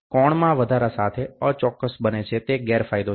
કોણમાં વધારા સાથે અચોક્કસ બને છે તે ગેરફાયદો છે